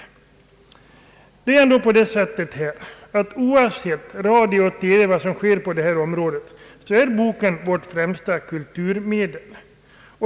Oavsett vad som sker på radiooch TV-området är ändock boken vårt främsta kulturmedel.